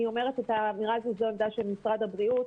אני אומרת את האמירה הזאת וזאת עמדת משרד הבריאות,